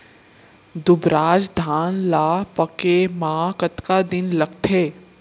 दुबराज धान ला पके मा कतका दिन लगथे?